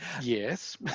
Yes